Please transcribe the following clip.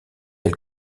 elle